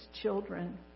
children